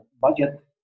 budget